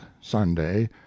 sunday